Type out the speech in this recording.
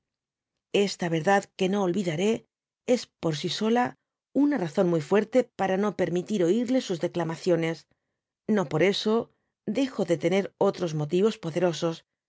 esta verdad que no olvidaré es por si sola una razón muy fuerte para no permitir oirle sus declamaciones no por eso dejo ék tener otros motivos poderosos